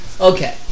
Okay